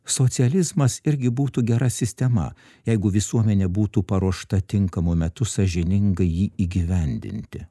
socializmas irgi būtų gera sistema jeigu visuomenė būtų paruošta tinkamu metu sąžiningai jį įgyvendinti